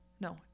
no